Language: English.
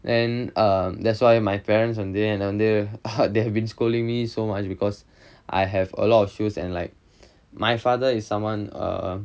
and err that's why my parents வந்து என்ன வந்து:vanthu enna vanthu they have been scolding me so much because I have a lot of shoes and like my father is someone err